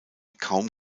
kaum